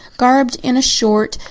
garbed in a short,